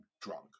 drunk